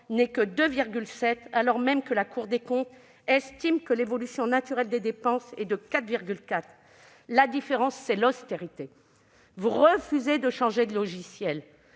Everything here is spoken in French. que de 2,7 %, alors même que la Cour des comptes estime que l'évolution naturelle des dépenses est de 4,4 %. La différence, c'est l'austérité ! Vous refusez de changer de logiciel.